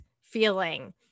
feeling